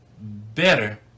better